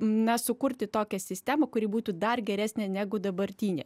na sukurti tokią sistemą kuri būtų dar geresnė negu dabartinė